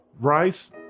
Rice